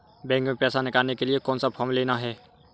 Bank में पैसा निकालने के लिए कौन सा फॉर्म लेना है?